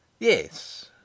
Yes